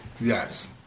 Yes